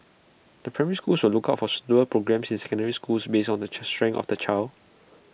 the primary schools will look out for suitable programmes in secondary schools based on the strengths of the child